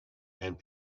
and